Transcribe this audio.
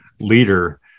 leader